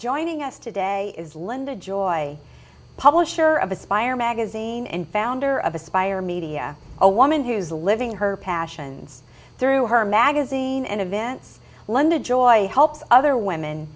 joining us today is linda joy publisher of aspire magazine and founder of aspire media a woman who's living her passions through her magazine and events london joy helps other women